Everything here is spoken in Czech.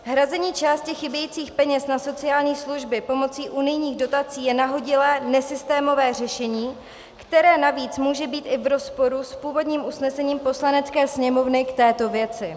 Hrazení části chybějících peněz na sociální služby pomocí unijních dotací je nahodilé, nesystémové řešení, které navíc může být i v rozporu s původním usnesením Poslanecké sněmovny k této věci.